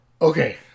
Okay